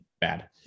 bad